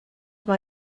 mae